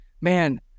man